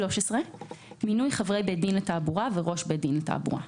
13. מינוי חברי בית דין לתעבורה וראש בית דין לתעבורה.